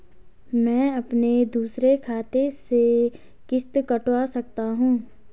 मैं अपने दूसरे खाते से किश्त कटवा सकता हूँ?